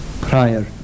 prior